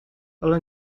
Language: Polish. ale